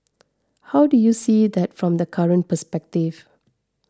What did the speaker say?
how do you see that from the current perspective